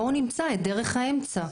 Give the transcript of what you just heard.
בואו נמצא את דרך האמצע.